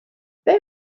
they